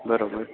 બરોબર